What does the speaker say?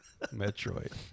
Metroid